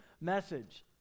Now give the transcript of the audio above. message